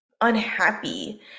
unhappy